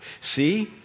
see